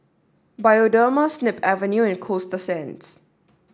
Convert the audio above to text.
Bioderma Snip Avenue and Coasta Sands